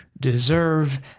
deserve